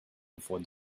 before